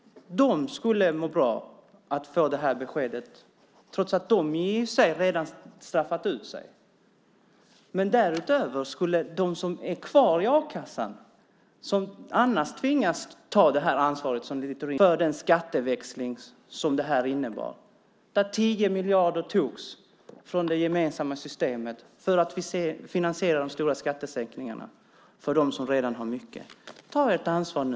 De skulle må bra av att få det här beskedet trots att de redan har straffat ut sig. De som är kvar i a-kassan och annars tvingas ta det ansvar som Littorin inte vill ta får ju betala den ökade kostnaden för den skatteväxling som det här innebar. 10 miljarder togs från det gemensamma systemet för att finansiera de stora skattesänkningarna för dem som redan har mycket. Ta ert ansvar nu.